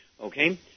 okay